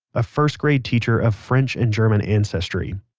a first grade teacher of french and german ancestry.